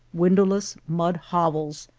windowless, mud hovels,